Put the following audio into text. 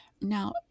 Now